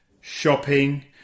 shopping